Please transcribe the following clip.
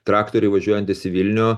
traktoriai važiuojantys į vilnių